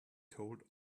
told